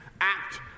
Act